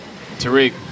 Tariq